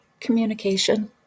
Communication